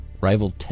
rival